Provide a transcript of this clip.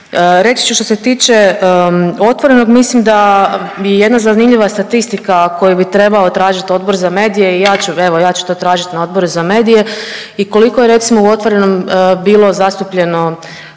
Reći ću što se tiče Otvorenog, mislim da je jedna zanimljiva statistika koju bi trebao tražiti Odbor za medije i evo ja ću to tražiti na Odboru za medije i koliko je recimo u Otvorenom bilo zastupljeno